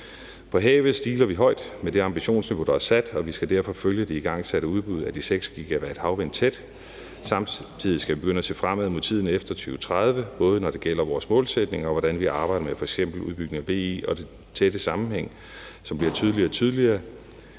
På havet stiler vi højt med det ambitionsniveau, der er sat, og vi skal derfor følge det igangsatte udbud af de 6 GW havvind tæt. Samtidig skal vi begynde at se fremad mod tiden efter 2030, både når det gælder vores målsætninger og hvordan vi arbejder med f.eks. udbygningen af VE og den tætte sammenhæng, som bliver tydeligere og tydeligere,